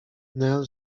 nel